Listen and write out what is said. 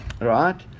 right